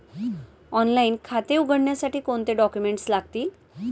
Online खाते उघडण्यासाठी कोणते डॉक्युमेंट्स लागतील?